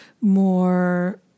more